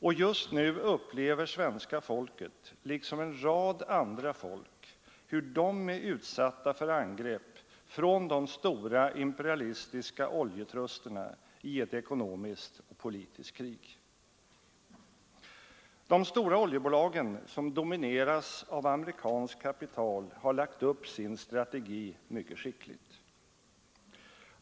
Och just nu upplever svenska folket, liksom en rad andra folk, hur de är utsatta för angrepp från de stora imperialistiska oljetrusterna i ett ekonomiskt och politiskt krig. De stora oljebolagen, som domineras av amerikanskt kapital, har lagt upp sin strategi mycket skickligt.